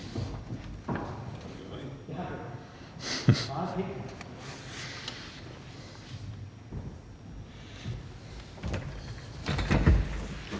hvad er det da